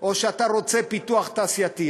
או פיתוח תעשייתי?